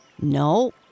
No